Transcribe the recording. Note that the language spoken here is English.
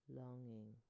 longing